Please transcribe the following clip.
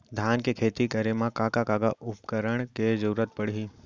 धान के खेती करे मा का का उपकरण के जरूरत पड़हि?